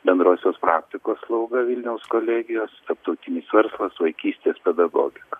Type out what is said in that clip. bendrosios praktikos slauga vilniaus kolegijos tarptautinis verslas vaikystės pedagogika